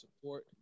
support